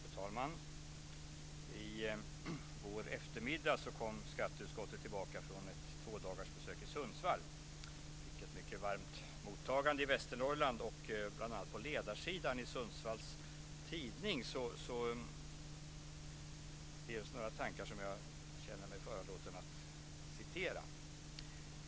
Fru talman! I går eftermiddag kom skatteutskottet tillbaka från ett tvådagarsbesök i Sundsvall. Vi fick ett mycket varmt mottagande i Västernorrland. På ledarsidan i Sundsvalls Tidning fanns det några tankar som jag känner mig föranledd att citera.